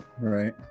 right